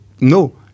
no